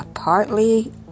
partly